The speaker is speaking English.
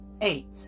Eight